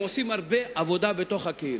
הם עושים הרבה עבודה בתוך הקהילה.